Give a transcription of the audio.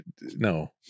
no